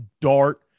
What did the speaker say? dart